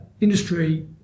industry